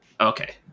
Okay